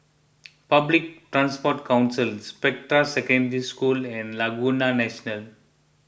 Public Transport Council Spectra Secondary School and Laguna National